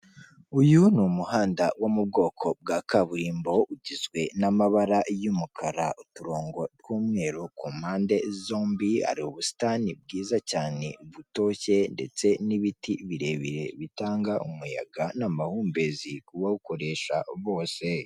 Uyu ni umuhanda wo mu bwoko bwa kaburimbo ugizwe n'amabara y'umukara uturongo tw'umweru ku mpande zombi, hari ubusitani bwiza cyane butoshye ndetse n'ibiti birebire bitanga umuyaga n'amahumbezi kubawukoresha bose.